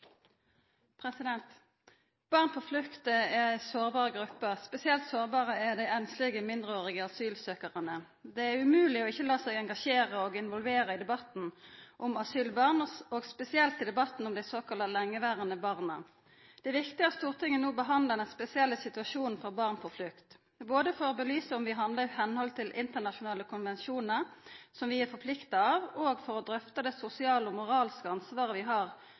politikk. Barn på flukt er ei sårbar gruppe. Spesielt sårbare er dei einslege mindreårige asylsøkjarane. Det er umogleg ikkje å la seg engasjera og involvera i debatten om asylbarn, og spesielt i debatten om dei såkalla lengeverande barna. Det er viktig at Stortinget no behandlar den spesielle situasjonen for barn på flukt, både for å belysa om vi handlar i samsvar med internasjonale konvensjonar som vi er forplikta av, og for å drøfta det sosiale og moralske ansvaret vi har